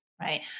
right